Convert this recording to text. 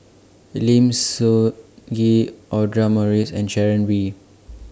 Lim Sun Gee Audra Morrice and Sharon Wee